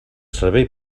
servei